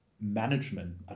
management